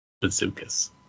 bazookas